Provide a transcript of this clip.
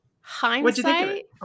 Hindsight